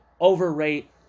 overrate